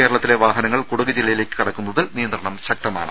കേരളത്തിലെ വാഹ നങ്ങൾ കുടക് ജില്ലയിലേക്ക് കടക്കുന്നതിൽ നിയന്ത്രണം ശക്തമാണ്